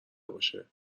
باشه